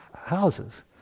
houses